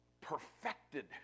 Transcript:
perfected